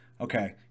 Okay